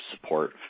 support